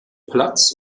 platz